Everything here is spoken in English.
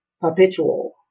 perpetual